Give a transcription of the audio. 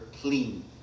clean